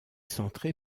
centrée